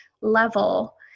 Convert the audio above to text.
level